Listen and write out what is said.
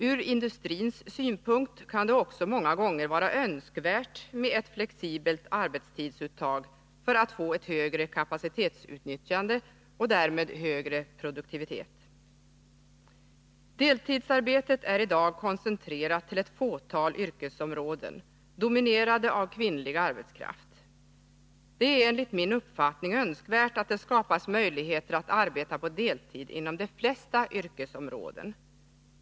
Från industrins synpunkt kan det många gånger vara önskvärt med ett flexibelt arbetstidsuttag för att få ett högre kapacitetsutnyttjande och därmed högre produktivitet. Deltidsarbetet är i dag koncentrerat till ett fåtal yrkesområden, dominerade av kvinnlig arbetskraft. Det är enligt min uppfattning önskvärt att det skapas möjligheter att arbeta på deltid inom de flesta yrkesområden.